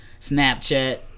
Snapchat